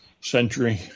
century